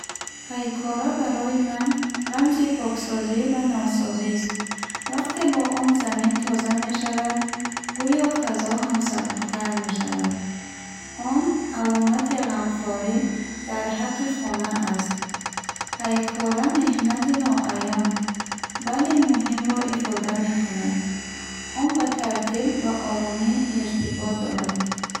Пайкора барои ман рамзи поксозӣ ва навсозист. Вақте бо он замин тоза мешавад, гӯё фазо ҳам сабуктар мешавад. Он аломати ғамхорӣ дар ҳаққи хона аст. Пайкора меҳнати ноаён, вале муҳимро ифода мекунад. Он ба тартиб ва оромӣ иртибот дорад.